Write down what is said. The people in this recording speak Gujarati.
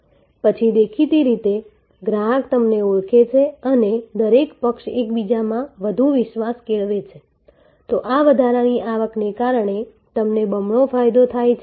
પછી દેખીતી રીતે ગ્રાહક તમને ઓળખે છે અને દરેક પક્ષ એકબીજામાં વધુ વિશ્વાસ કેળવે છે તો આ વધારાની આવકને કારણે તમને બમણો ફાયદો થાય છે